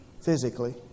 physically